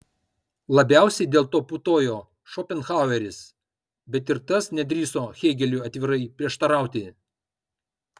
labiausiai dėl to putojo šopenhaueris bet ir tas nedrįso hėgeliui atvirai prieštarauti